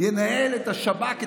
ינהל את השב"כ,